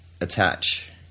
attach